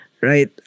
right